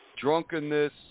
drunkenness